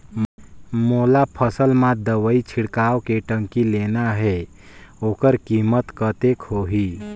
मोला फसल मां दवाई छिड़काव के टंकी लेना हे ओकर कीमत कतेक होही?